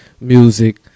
music